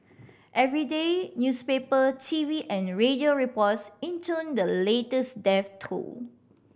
every day newspaper T V and radio reports intoned the latest death toll